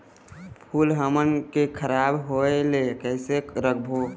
फूल हमन के खराब होए ले कैसे रोकबो?